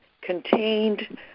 contained